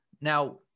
Now